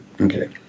Okay